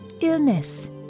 Illness